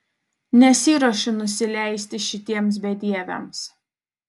nesiruošiu nusileisti šitiems bedieviams